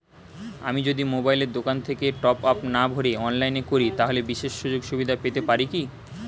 আমি যদি মোবাইলের দোকান থেকে টপআপ না ভরে অনলাইনে করি তাহলে বিশেষ সুযোগসুবিধা পেতে পারি কি?